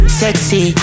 sexy